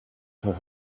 for